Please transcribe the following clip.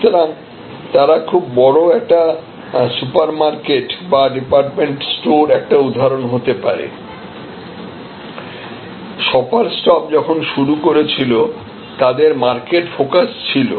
সুতরাং খুব বড় একটি সুপারমার্কেট বা ডিপার্টমেন্ট স্টোর একটি উদাহরণ হতে পারে শপার্স স্টপ যখন শুরু হয়েছিল তাদের মার্কেট ফোকাস ছিল